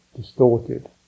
distorted